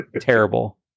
Terrible